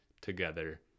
together